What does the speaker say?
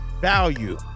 value